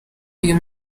uyu